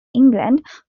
england